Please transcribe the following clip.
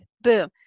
Boom